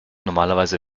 normalerweise